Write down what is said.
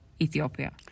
Ethiopia